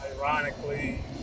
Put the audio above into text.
Ironically